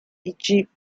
egypt